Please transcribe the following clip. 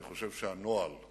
אני חושב שהנוהל,